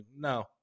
no